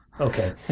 Okay